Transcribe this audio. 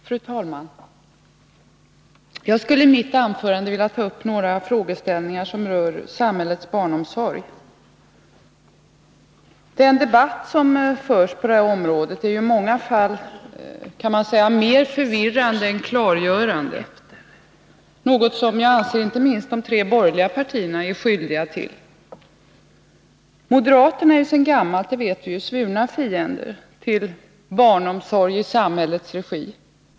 Fru talman! Jag skulle i mitt anförande vilja ta upp några frågeställningar som rör samhällets barnomsorg. Den debatt som förs på detta område är ju i många fall, kan man säga, mer förvirrande än klargörande — något som jag anser inte minst de tre borgerliga partierna vara skyldiga till. Moderaterna är sedan gammalt, det vet vi ju, svurna fiender till barnomsorg i samhällets regi.